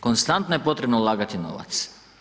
Konstantno je potrebno ulagati novac.